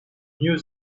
knew